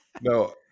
no